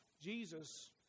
Jesus